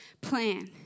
plan